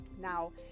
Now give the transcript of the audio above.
now